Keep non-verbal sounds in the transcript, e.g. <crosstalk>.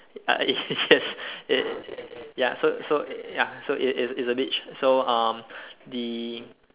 uh <laughs> yes ye~ ya so so ya so it it's it's a beach so um the